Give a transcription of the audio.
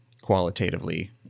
qualitatively